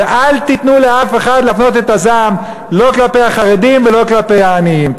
ואל תיתנו לאף אחד להפנות את הזעם לא כלפי החרדים ולא כלפי העניים,